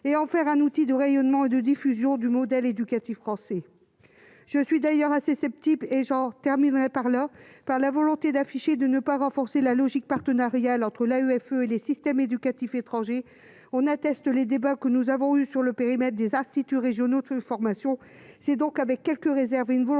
et en faire un outil de rayonnement et de diffusion du modèle éducatif français je suis d'ailleurs assez sceptique et j'en terminerai par là par la volonté d'afficher de ne pas renforcer la logique partenariale entre la UFE et les systèmes éducatifs étrangers en atteste les débats que nous avons eue sur le périmètre des instituts régionaux, une formation,